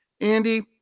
Andy